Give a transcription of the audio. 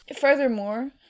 Furthermore